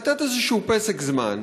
לתת איזה פסק זמן,